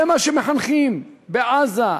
זה מה שמחנכים בעזה,